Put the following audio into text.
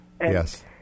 Yes